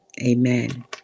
amen